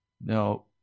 Now